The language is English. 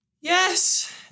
Yes